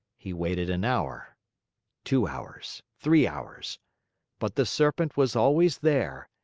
he waited an hour two hours three hours but the serpent was always there,